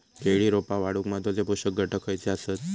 केळी रोपा वाढूक महत्वाचे पोषक घटक खयचे आसत?